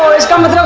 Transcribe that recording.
he's gone to so